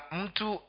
mtu